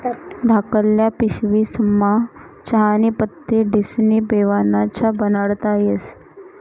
धाकल्ल्या पिशवीस्मा चहानी पत्ती ठिस्नी पेवाना च्या बनाडता येस